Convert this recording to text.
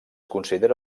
considera